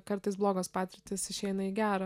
kartais blogos patirtys išeina į gera